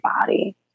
body